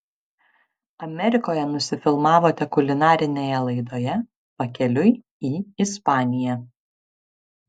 amerikoje nusifilmavote kulinarinėje laidoje pakeliui į ispaniją